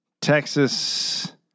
Texas